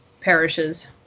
perishes